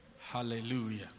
hallelujah